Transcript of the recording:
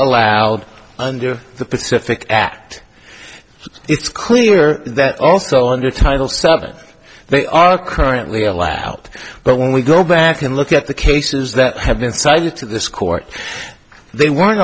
allowed under the pacific act it's clear that also under title seven they are currently a last out but when we go back and look at the cases that have been cited to this court they weren't